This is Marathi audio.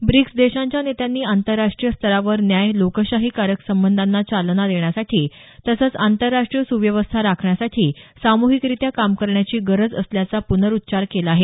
ब्रिक्स देशांच्या नेत्यांनी आंतरराष्ट्रीय स्तरावर न्याय्य लोकशाहीकारक संबंधांना चालना देण्यासाठी तसंच आंतरराष्ट्रीय सुव्यवस्था राखण्यासाठी सामुहिकरित्या काम करण्याची गरज असल्याचा पुनरुच्चार केला आहे